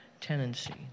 tenancy